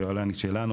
היוהל"נית שלנו,